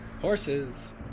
horses